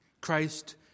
Christ